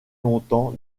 longtemps